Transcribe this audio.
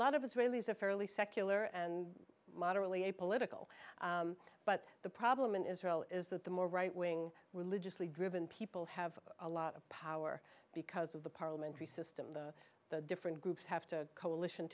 lot of israelis are fairly secular and moderately a political but the problem in israel is that the more right wing religiously driven people have a lot of power because of the parliamentary system different groups have to coalition